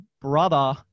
brother